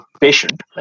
patient